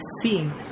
seen